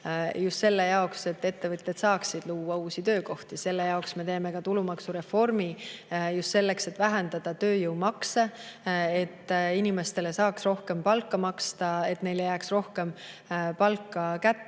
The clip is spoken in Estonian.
just selle jaoks, et ettevõtjad saaksid luua uusi töökohti. Me teeme ka tulumaksureformi just selleks, et vähendada tööjõumakse, et inimestele saaks rohkem palka maksta ja neile jääks rohkem palka